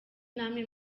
namwe